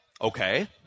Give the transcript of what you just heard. Okay